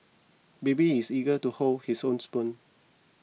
baby is eager to hold his own spoon